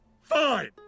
Fine